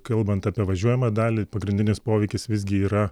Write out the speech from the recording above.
kalbant apie važiuojamą dalį pagrindinis poveikis visgi yra